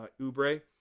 Ubre